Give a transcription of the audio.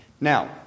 Now